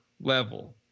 level